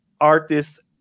artists